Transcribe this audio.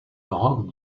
roc